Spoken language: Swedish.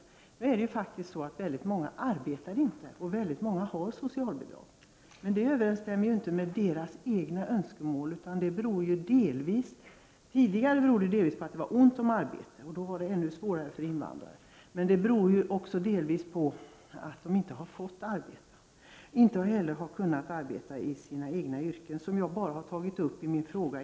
Det är faktiskt så att väldigt många inte arbetar och väldigt många har socialbidrag. Men detta överensstämmer inte med deras egna önskemål. Tidigare berodde detta delvis på att det var ont om arbete. Då var det ännu svårare för invandrare att få arbete. Nu beror det delvis på att de inte får arbeta och inte heller kan arbeta i sina egna yrken, något som jag har tagit upp i min fråga.